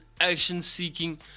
action-seeking